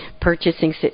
purchasing